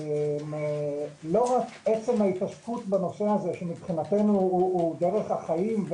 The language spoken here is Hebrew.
לא רק עצם ההתעסקות בנושא הזה שמבחינתנו הוא דרך החיים,